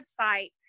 website